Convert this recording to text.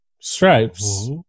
Stripes